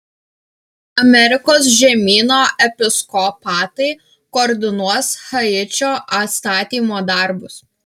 amerikos žemyno episkopatai koordinuos haičio atstatymo darbus